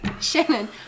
Shannon